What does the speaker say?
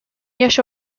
yaş